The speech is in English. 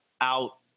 out